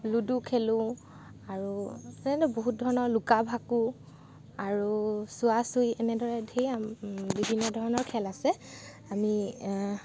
ludo খেলোঁ আৰু তেনে ধৰণৰ বহুত ধৰণৰ লুকাভাকু আৰু চুৱাচুৱি এনেদৰে ধেৰ বিভিন্ন ধৰণৰ খেল আছে আমি এহ